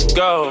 go